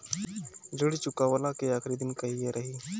ऋण चुकव्ला के आखिरी दिन कहिया रही?